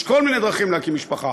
יש כל מיני דרכים להקים משפחה,